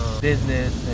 business